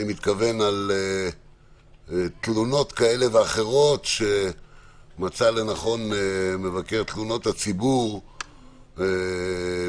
אני מדבר על תלונות כאלה ואחרות שמצא לנכון מבקר תלונות הציבור לבדוק,